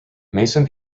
mason